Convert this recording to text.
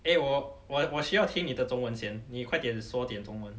诶我我我需要听你的中文先你快点说点中文